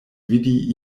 vidi